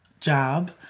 job